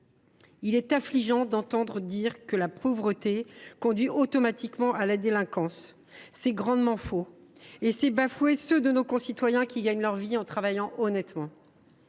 Il est affligeant d’entendre dire que la pauvreté conduit automatiquement à la délinquance. En plus d’être clairement faux, cela revient à bafouer ceux de nos concitoyens qui gagnent leur vie en travaillant honnêtement